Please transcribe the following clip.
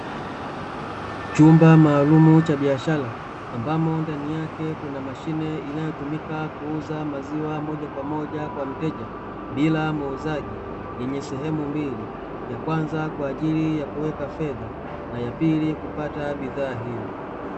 Chumba maalumu cha biashara ambapo ndani yake Kuna mashine inayotumika kuuza maziwa moja kwa moja kwa mteja bila muuzaji, Yenye sehemu mbili ya kwanza kwaajili ya kuweka fedha na ya pili kupata bidhaa hiyo.